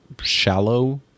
shallow